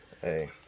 Hey